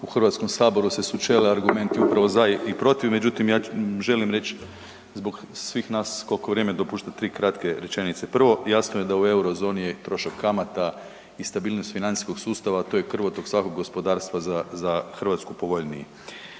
dobro da u HS se sučele argumenti upravo za i protiv. Međutim, ja želim reć zbog svih nas kolko vrijeme dopušta, 3 kratke rečenice. Prvo, jasno je da u Eurozoni je trošak kamata i stabilnost financijskog sustava, to je krvotok svakog gospodarstva za, za Hrvatsku povoljniji.